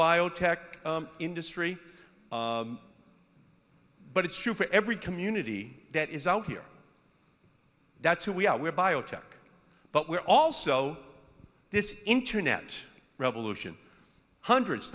biotech industry but it's true for every community that is out here that's who we are we're biotech but we're also this internet revolution hundreds